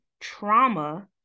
trauma